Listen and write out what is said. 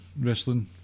wrestling